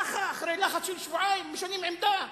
ככה אחרי לחץ של שבועיים משנים עמדה?